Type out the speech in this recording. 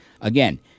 again